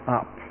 up